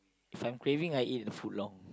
if I'm craving I eat foot long